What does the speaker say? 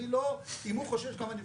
אם הוא חושש גם אני חושש.